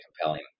compelling